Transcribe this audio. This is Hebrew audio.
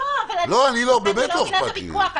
אני לא מבינה את הוויכוח.